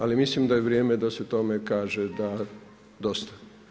Ali mislim da je vrijeme da se tome kaže dosta.